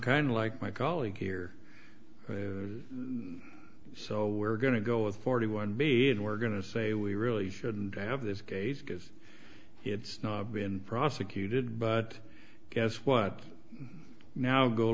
kind of like my colleague here so we're going to go with forty one bead we're going to say we really should and i have this case because it's not been prosecuted but guess what now go